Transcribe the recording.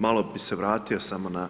Malo bi se vratio samo na